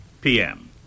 PM